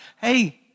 hey